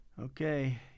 Okay